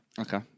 Okay